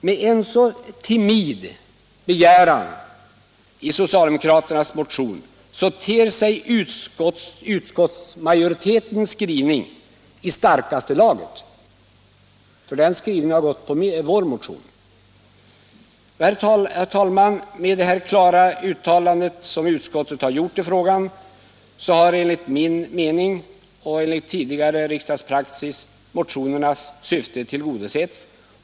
Med en så timid begäran i socialdemokraternas motion ter sig utskottets skrivning i starkaste laget — den skrivningen har sin grund i vår motion. Herr talman! Med det klara uttalande som utskottet har gjort i frågan har enligt min mening och enligt tidigare riksdagspraxis motionernas syfte tillgodosetts.